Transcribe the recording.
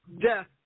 Death